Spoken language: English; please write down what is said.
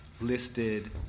listed